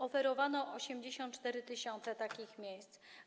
Oferowano 84 tys. takich miejsc.